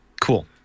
Cool